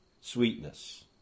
sweetness